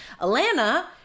Alana